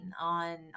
on